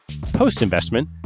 Post-investment